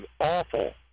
awful